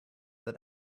that